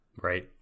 right